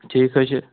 ٹھیٖک حظ چھُ